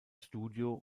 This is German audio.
studio